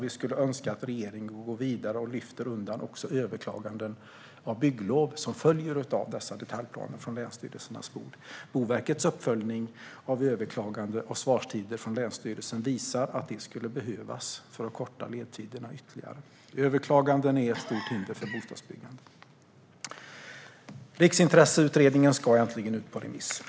Vi skulle önska att regeringen går vidare och också lyfter undan överklaganden av bygglov som följer av detaljplaner från länsstyrelsernas bord. Boverkets uppföljning av överklaganden och svarstider från länsstyrelsen visar att detta skulle behövas för att korta ledtiderna ytterligare. Överklaganden är ett stort hinder för bostadsbyggande. Riksintresseutredningen ska äntligen ut på remiss.